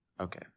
Okay